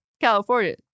California